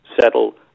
settle